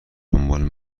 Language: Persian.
دنبال